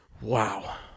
wow